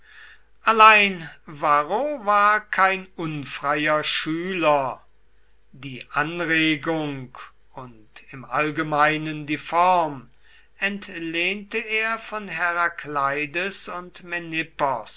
allein varro war kein unfreier schüler die anregung und im allgemeinen die form entlehnte er von herakleides und